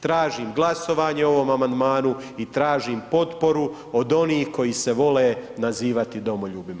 Tražim glasovanje o ovom amandmanu i tražim potporu od onih koji se vole nazivati domoljubima.